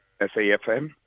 SAFM